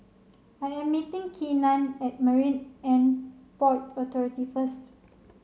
I am meeting Keenan at Marine And Port Authority first